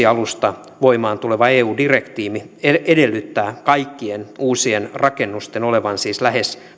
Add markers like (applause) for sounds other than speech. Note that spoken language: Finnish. (unintelligible) alusta voimaan tuleva eu direktiivi edellyttää kaikkien uusien rakennusten olevan siis lähes